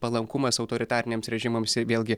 palankumas autoritariniams režimams ir vėlgi